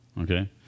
Okay